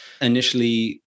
Initially